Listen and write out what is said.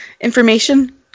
information